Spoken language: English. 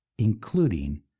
including